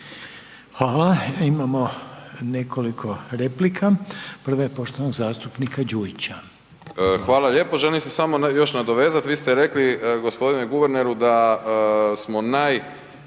Hvala. Imamo nekoliko replika. Prva je poštovanog zastupnika Đujića. **Đujić, Saša (SDP)** Hvala lijepo. Želim se samo još nadovezati, vi ste rekli gospodine guverneru da smo najspremnija